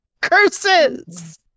Curses